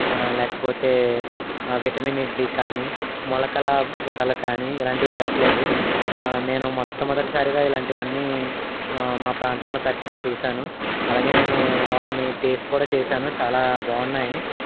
లేకపోతే విటమిన్ ఇడ్లీ కానీ మొలకల వడలు కానీ ఇలాంటివి పెట్టలేదు నేను మొట్టమొదటిసారిగా ఇలాంటివన్నీ మా ప్రాంతంలో పెట్టడం చూశాను అలాగే నేను వాటిని టేస్ట్ కూడా చేశాను చాలా బాగున్నాయి